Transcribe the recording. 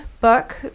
book